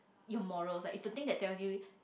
your morals like it's the thing that tell you